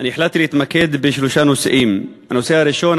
החלטתי להתמקד בשלושה נושאים: הנושא הראשון,